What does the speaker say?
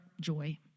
joy